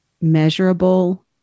measurable